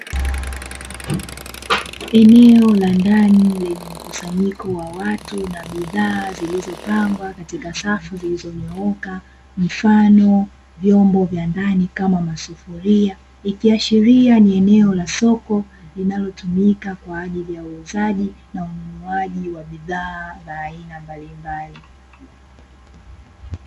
Eneo la ndani lenye mkusanyiko wa watu na bidhaa zilizopangwa katika safu zilizonyooka mfano vyombo vya ndani kama masufuria ikiashiria ni eneo la soko linalotumika kwa ajili ya uuzaji na ununuaji wa bidhaa za aina mbalimbali.